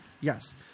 yes